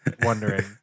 wondering